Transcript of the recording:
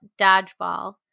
dodgeball